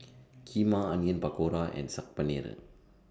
Kheema Onion Pakora and Saag Paneer